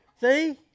See